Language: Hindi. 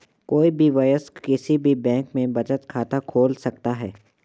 कोई भी वयस्क किसी भी बैंक में बचत खाता खोल सकता हैं